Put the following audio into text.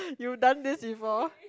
you done this before